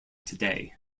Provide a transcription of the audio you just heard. today